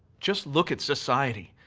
just look at society.